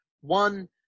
One